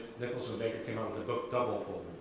nicholson baker came out with a book double fold,